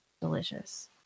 delicious